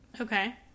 Okay